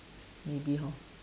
maybe hor